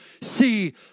see